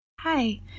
Hi